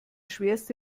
schwerste